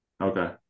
Okay